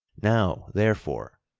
now, therefore,